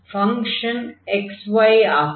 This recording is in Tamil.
ஃபங்ஷன் xy ஆகும்